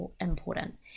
important